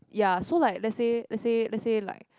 ya so like let's say let's say let's say like